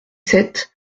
sept